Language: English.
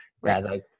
Right